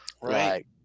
right